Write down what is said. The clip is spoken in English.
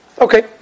Okay